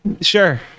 Sure